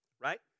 Right